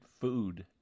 food